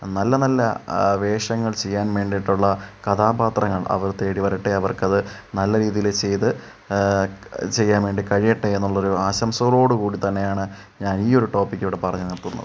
നല്ല നല്ല വേഷങ്ങൾ ചെയ്യാൻ വേണ്ടീട്ടുള്ള കഥാപാത്രങ്ങൾ അവരെ തേടി വരട്ടെ അവർക്കത് നല്ല രീതിയിൽ ചെയ്ത് ചെയ്യാൻ വേണ്ടി കഴിയട്ടെ എന്നുള്ളോരു ആശംസകളോടു കൂടി തന്നെയാണ് ഞാൻ ഈ ഒരു ടോപ്പിക്ക് ഇവിടെ പറഞ്ഞു നിർത്തുന്നത്